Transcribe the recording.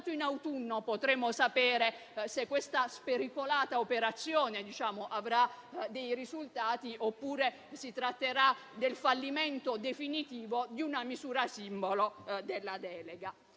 in autunno potremo sapere se questa spericolata operazione avrà dei risultati oppure se si tratterà del fallimento definitivo di una misura simbolo della delega.